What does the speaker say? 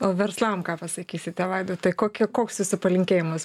o verslam ką pasakysite vaidotai kokia koks jūsų palinkėjimas